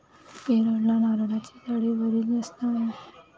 केरळला नारळाची झाडे बरीच जास्त आहेत